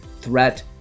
threat